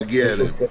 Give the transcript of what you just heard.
נגיע אליהם.